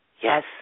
Yes